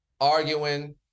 arguing